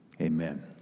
Amen